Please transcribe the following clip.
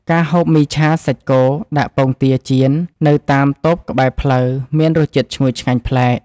ការហូបមីឆាសាច់គោដាក់ពងទាចៀននៅតាមតូបក្បែរផ្លូវ មានរសជាតិឈ្ងុយឆ្ងាញ់ប្លែក។